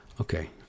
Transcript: Okay